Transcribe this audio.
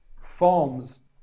forms